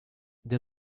der